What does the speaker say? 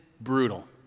brutal